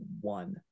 one